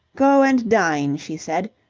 go and dine, she said.